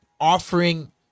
offering